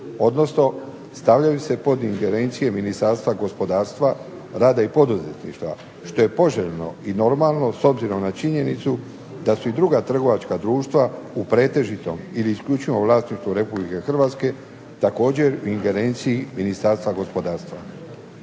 odnosno stavljaju se pod ingerencije Ministarstva gospodarstva, rada i poduzetništva što je poželjno i normalno s obzirom na činjenicu da su i druga trgovačka društva u pretežitom ili isključivom vlasništvu Republike Hrvatske također u ingerenciji Ministarstva gospodarstva.